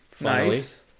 Nice